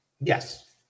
Yes